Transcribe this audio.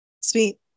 Sweet